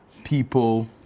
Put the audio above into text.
People